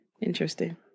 interesting